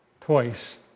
twice